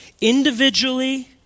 individually